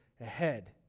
ahead